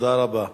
תודה רבה.